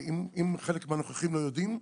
אם חלק מהנוכחים לא יודעים,